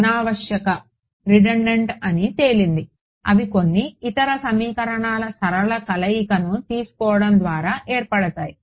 అనావశ్యక redundant redundant అని తేలింది అవి కొన్ని ఇతర సమీకరణాల సరళ కలయికను తీసుకోవడం ద్వారా ఏర్పడతాయి